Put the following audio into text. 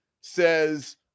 says